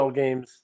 games